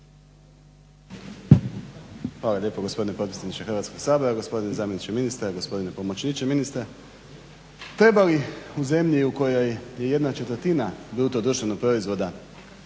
Hvala lijepo gospodine potpredsjedniče Hrvatskog sabora, gospodine zamjeniče ministra, gospodine pomoćniče ministra. Treba li u zemlji u kojoj je jedna četvrtina bruto društvenog proizvoda